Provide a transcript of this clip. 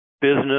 business